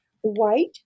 white